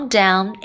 down